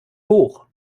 hoch